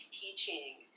teaching